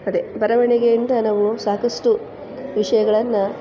ಅದೆ ಬರವಣಿಗೆಯಿಂದ ನಾವು ಸಾಕಷ್ಟು ವಿಷಯಗಳನ್ನು